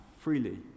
freely